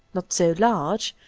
not so large,